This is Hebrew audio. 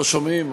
לא שומעים אותך.